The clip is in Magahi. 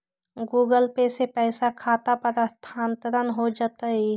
गूगल पे से पईसा खाता पर स्थानानंतर हो जतई?